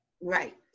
right